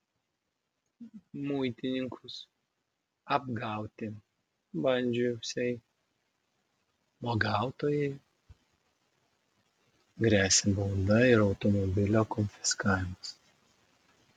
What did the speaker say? muitininkus apgauti bandžiusiai uogautojai gresia bauda ir automobilio konfiskavimas